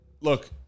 Look